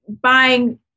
buying